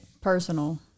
personal